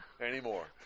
anymore